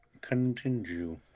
continue